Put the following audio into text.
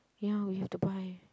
ya we have to buy